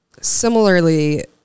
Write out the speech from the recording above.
similarly